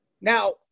Now